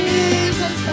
Jesus